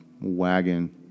wagon